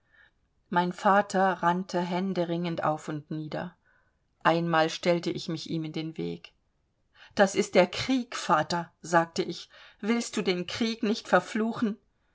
mein vater rannte händeringend auf und nieder einmal stellte ich mich ihm in den weg das ist der krieg vater sagte ich willst du den krieg nicht verfluchen